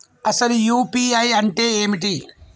అసలు యూ.పీ.ఐ అంటే ఏమిటి?